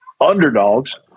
underdogs